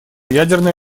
ядерное